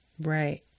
Right